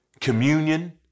Communion